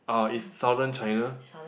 uh is Southern China